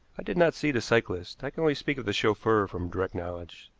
i did not see the cyclists. i can only speak of the chauffeur from direct knowledge.